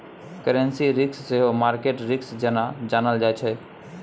currency risk सेहो market risk जेना जानल जाइ छै